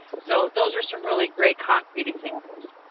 so those are some really great concrete examples.